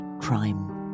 Crime